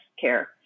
care